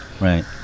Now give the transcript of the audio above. right